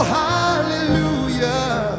hallelujah